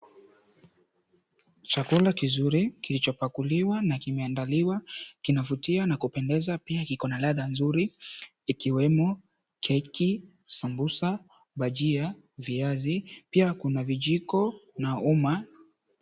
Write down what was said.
Chakula kizuri kilichopakuliwa na kimeandaliwa, kinavutia na kupendeza pia kiko na ladha nzuri. Ikiwemo keki, sambusa, bajia, viazi. Pia kuna vijiko na uma.